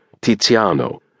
Tiziano